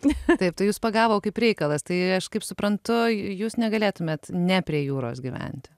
taip tai jus pagavo kaip reikalas tai aš kaip suprantu jūs negalėtumėt ne prie jūros gyventi